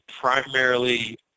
primarily